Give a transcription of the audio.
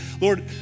Lord